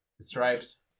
stripes